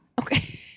Okay